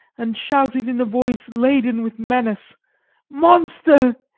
and shouted in a voice laden with menace monster,